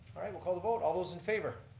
all right we'll call the vote. all those in favor?